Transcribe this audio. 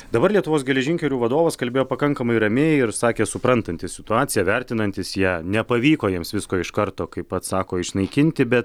dabar lietuvos geležinkelių vadovas kalbėjo pakankamai ramiai ir sakė suprantantis situaciją vertinantis ją nepavyko jiems visko iš karto kaip pats sako išnaikinti bet